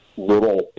little